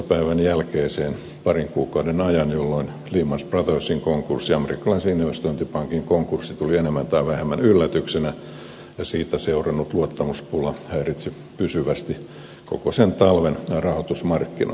päivän jälkeisten parin kuukauden ajan jolloin lehman brothersin konkurssi amerikkalaisen investointipankin konkurssi tuli enemmän tai vähemmän yllätyksenä ja siitä seurannut luottamuspula häiritsi pysyvästi koko sen talven rahoitusmarkkinoita